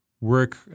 work